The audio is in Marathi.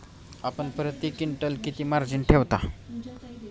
आपण प्रती क्विंटल किती मार्जिन ठेवता?